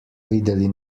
videli